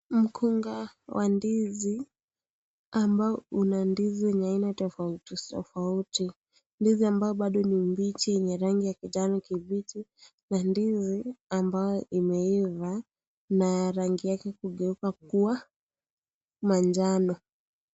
Mkunga wa ndizi ambao una ndizi wenye aina tofauti tofauti, ndizi ambao bado ni mbichi yenye rangi ya kijani kibichi na ndizi ambayo imeiva na rangi yake kugeuka kuwa manjano.